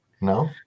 no